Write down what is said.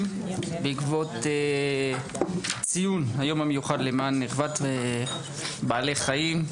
בעקבות ציון היום המיוחד למען רווחת בעלי חיים,